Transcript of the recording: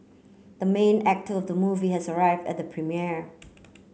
the main actor of the movie has arrived at the premiere